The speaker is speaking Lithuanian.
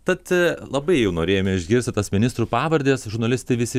tad labai jau norėjome išgirsti tas ministrų pavardes žurnalistai visi